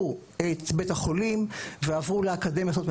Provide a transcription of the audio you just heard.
את בית החולים ועברו לאקדמיה לעשות מחקר,